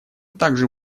также